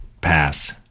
pass